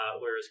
whereas